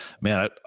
man